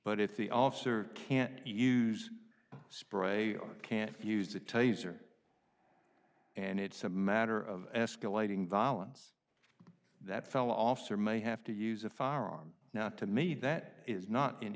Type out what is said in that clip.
but if the officer can't use spray or can't use the taser and it's a matter of escalating violence that fellow officer may have to use a firearm now to me that is not in